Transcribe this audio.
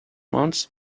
months